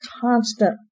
constant